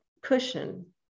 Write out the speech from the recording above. cushion